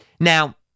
Now